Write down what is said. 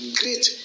great